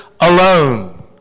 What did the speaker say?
alone